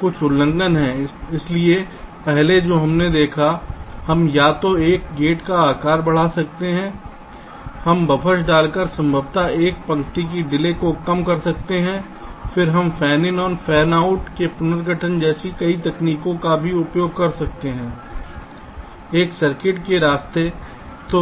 कुछ उल्लंघन हैं इसलिए पहले जो हमने देखा है हम या तो एक गेट का आकार बढ़ा सकते हैं हम बफ़र्स डालकर संभवतः एक पंक्ति की डिले को कम कर सकते हैं फिर हम फैनिन और फैनआउट के पुनर्गठन जैसी कई तकनीकों का भी उपयोग कर सकते हैं एक सर्किट के रास्ते तो